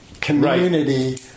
community